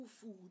food